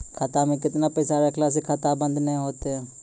खाता मे केतना पैसा रखला से खाता बंद नैय होय तै?